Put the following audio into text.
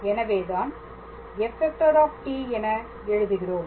எனவேதான் f ⃗ என எழுதுகிறோம்